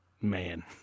man